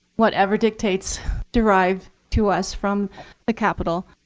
whatever dictates derived to us from the capital